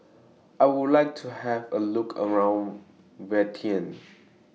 I Would like to Have A Look around Vientiane